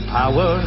power